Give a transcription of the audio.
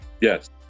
Yes